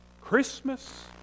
Christmas